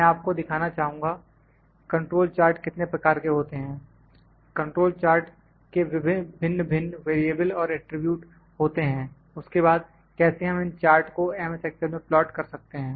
मैं आपको दिखाना चाहूंगा कंट्रोल चार्ट कितने प्रकार के होते हैं कंट्रोल चार्ट के भिन्न भिन्न वेरिएबल और एट्रिब्यूट होते हैं उसके बाद कैसे हम इन चार्ट को एम एस एक्सेल मैं प्लाट करते हैं